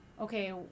okay